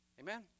Amen